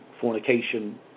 fornication